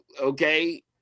okay